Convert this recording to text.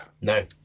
No